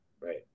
Right